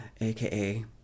AKA